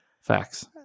Facts